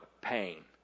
pain